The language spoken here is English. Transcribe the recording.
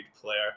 player